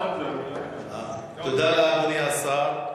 תודה, אדוני השר.